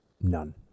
none